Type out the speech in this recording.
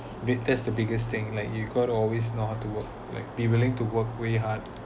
biggest the biggest thing like you got to always know how to work like be willing to work way hard